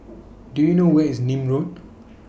Do YOU know Where IS Nim Road